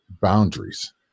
boundaries